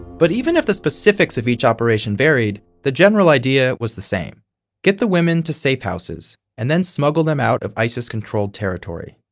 but even if the specifics of each operation varied, the general idea was the same get the women to safe-houses and then smuggle them out of isis-controlled territory.